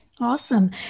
Awesome